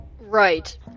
right